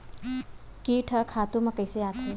कीट ह खातु म कइसे आथे?